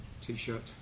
T-shirt